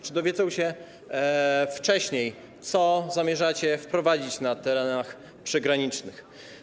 Czy dowiedzą się wcześniej, co zamierzacie wprowadzić na terenach przygranicznych?